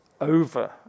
over